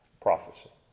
prophecy